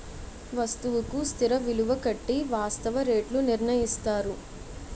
వస్తువుకు స్థిర విలువ కట్టి వాస్తవ రేట్లు నిర్ణయిస్తారు